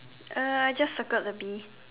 uh I just circled the bee